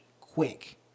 quick